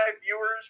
viewers